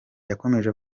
yakomeje